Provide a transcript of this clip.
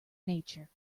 nature